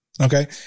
Okay